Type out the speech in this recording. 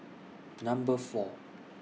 Number four